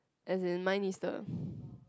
as in mine is the